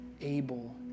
able